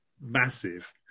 massive